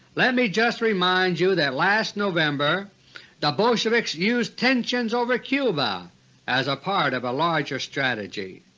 let me just remind you that last november the bolsheviks used tensions over cuba as a part of a larger strategy.